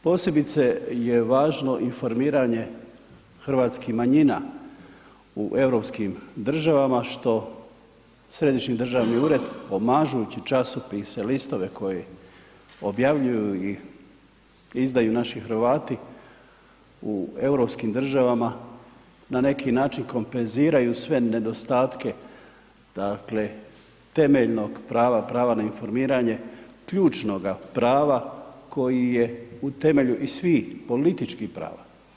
Posebice je važno informiranje hrvatskih manjina u europskom državama što središnji državni ured pomažući časopise, listove koje objavljuju i izdaju naši Hrvati u europskim državama na neki način kompenziraju sve nedostatke, dakle temeljenog prava, prava na informiranje, ključnoga prava koji je u temelju i svih političkih prava.